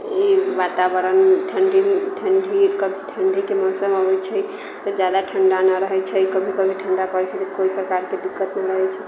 ई वातावरण ठण्डी ठण्डी ठण्डीके मौसम अबै छै तऽ जादा ठण्डा नहि रहै छै कभी कभी कभी ठण्डा पड़ै छै तऽ कोइ प्रकारके दिक्कत नहि होइ